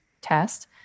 test